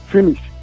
Finish